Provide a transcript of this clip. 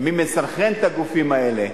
מי מסנכרן את הגופים האלה?